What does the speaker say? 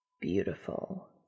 Beautiful